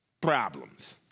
problems